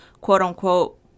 quote-unquote